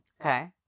okay